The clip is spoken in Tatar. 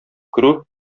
керү